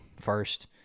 first